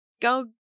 go